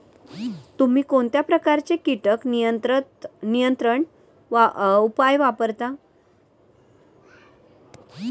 तुम्ही कोणत्या प्रकारचे कीटक नियंत्रण उपाय वापरता?